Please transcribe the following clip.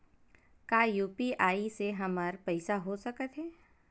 का यू.पी.आई से हमर पईसा हो सकत हे?